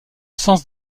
sens